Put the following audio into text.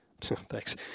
Thanks